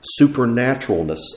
supernaturalness